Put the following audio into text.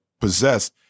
possess